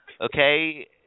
okay